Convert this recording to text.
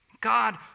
God